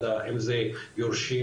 אם זה יורשים,